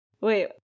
Wait